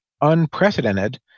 unprecedented